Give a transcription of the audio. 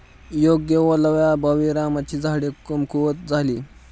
योग्य ओलाव्याअभावी रामाची झाडे कमकुवत झाली